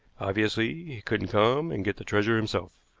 obviously he couldn't come and get the treasure himself.